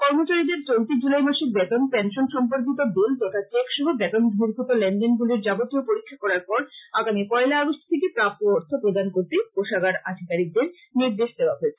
কর্মচারীদের চলতি জুলাই মাসের বেতন পেনশন সম্পর্কীত বিল তথা চেক সহ বেতন বর্হিভুত লেনদেনগুলির যাবতীয় পরীক্ষা করার পর আগামী পয়লা আগষ্ট থেকে প্রাপ্য অর্থ প্রদান করতে কোষাগার আধিকারীকদের নির্দেশ দেওয়া হয়েছে